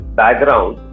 background